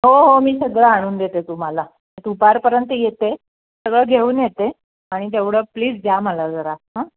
हो हो मी सगळं आणून देते तुम्हाला दुपारपर्यंत येते सगळं घेऊन येते आणि तेवढं प्लीज द्या मला जरा हं